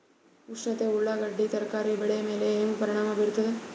ಉಷ್ಣತೆ ಉಳ್ಳಾಗಡ್ಡಿ ತರಕಾರಿ ಬೆಳೆ ಮೇಲೆ ಹೇಂಗ ಪರಿಣಾಮ ಬೀರತದ?